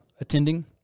attending